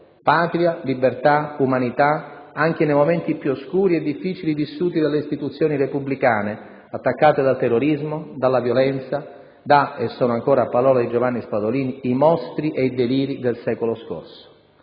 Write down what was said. patria, libertà, umanità - anche nei momenti più oscuri e difficili vissuti dalle istituzioni repubblicane, attaccate dal terrorismo, dalla violenza, da - e sono ancora parole di Giovanni Spadolini - «i mostri e i deliri» del secolo scorso.